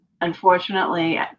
unfortunately